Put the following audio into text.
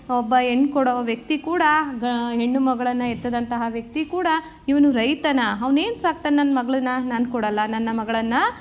ಒಬ್ಬ ಹೆಣ್ಣು ಕೊಡೋ ವ್ಯಕ್ತಿ ಕೂಡ ಹೆಣ್ಣು ಮಗಳನ್ನು ಹೆತ್ತಂತಹ ವ್ಯಕ್ತಿ ಕೂಡ ಇವನು ರೈತನೇ ಅವ್ನೇನು ಸಾಕ್ತಾನೆ ನನ್ನ ಮಗಳನ್ನ ನಾನು ಕೊಡೋಲ್ಲ ನನ್ನ ಮಗ್ಳನ್ನು